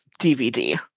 DVD